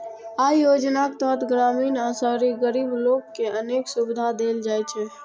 अय योजनाक तहत ग्रामीण आ शहरी गरीब लोक कें अनेक सुविधा देल जाइ छै